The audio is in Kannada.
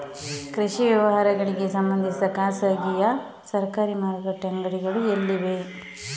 ಕೃಷಿ ವ್ಯವಹಾರಗಳಿಗೆ ಸಂಬಂಧಿಸಿದ ಖಾಸಗಿಯಾ ಸರಕಾರಿ ಮಾರುಕಟ್ಟೆ ಅಂಗಡಿಗಳು ಎಲ್ಲಿವೆ?